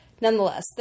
Nonetheless